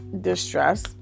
distress